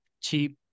cheap